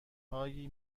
هایی